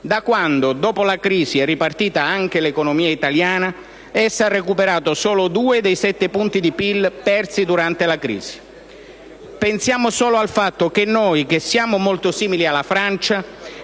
da quando, dopo la crisi, è ripartita anche l'economia italiana, essa ha recuperato solo 2 dei 7 punti di PIL persi durante la crisi. Pensiamo solo al fatto che noi, che siamo molto simili alla Francia,